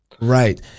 Right